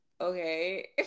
Okay